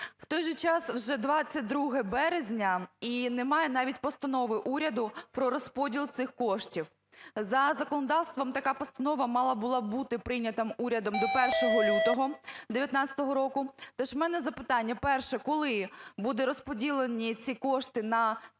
В той же час, вже 22 березня - і немає навіть постанови уряду про розподіл цих коштів. За законодавством така постанова мала була б бути прийнята урядом до 1 лютого 19-го року. Тож в мене запитання. Перше. Коли будуть розподілені ці кошти на ці